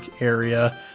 area